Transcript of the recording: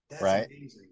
Right